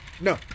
No